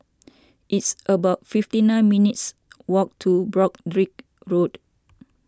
it's about fifty nine minutes' walk to Broadrick Road